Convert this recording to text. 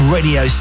Radio